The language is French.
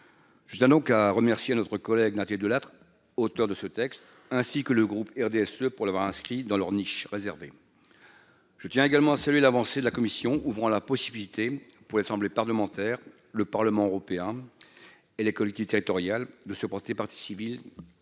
je tiens donc à remercier notre collègue Delattre auteur de ce texte, ainsi que le groupe RDSE pour l'avoir inscrit dans leur niche réservée je tiens également à celui d'avancer, de la Commission, ouvrant la possibilité pour l'assemblée parlementaire, le Parlement européen et l'école qui territoriale de se porter partie civile